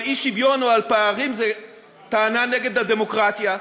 אי-שוויון או על פערים זה טענה נגד הדמוקרטיה.